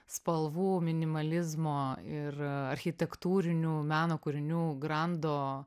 spalvų minimalizmo ir architektūrinių meno kūrinių grando